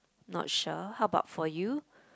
not sure how about for you